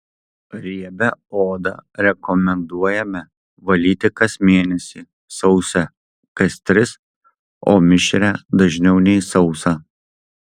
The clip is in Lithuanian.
riebią odą rekomenduojame valyti kas mėnesį sausą kas tris o mišrią dažniau nei sausą